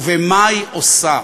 ומה היא עושה?